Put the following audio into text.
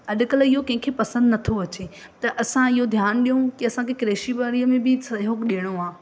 अॼुकल्ह इहो कंहिंखें पसंदि नथो अचे त असां इहो ध्यानु ॾियूं की असां बि कृषि ॿाड़ीअ में बि सहयोग ॾियणो आहे